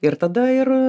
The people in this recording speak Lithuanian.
ir tada ir